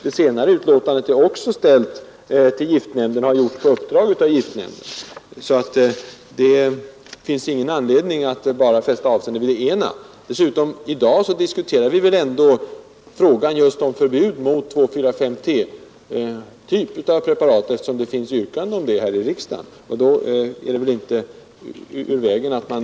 Det senare utlåtandet har också avgivits på uppdrag av giftnämnden, så det finns ingen anledning att bara fästa avseende vid det ena. Därtill kommer att vi i dag diskuterar just frågan om förbud mot 2,4,5-T-preparat, eftersom det finns yrkanden om det i riksdagen.